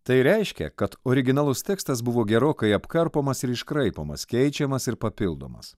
tai reiškia kad originalus tekstas buvo gerokai apkarpomas ir iškraipomas keičiamas ir papildomas